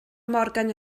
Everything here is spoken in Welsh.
morgan